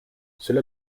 cela